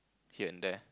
here and there